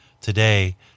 today